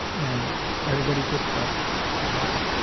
and everybody gets busted. and that's,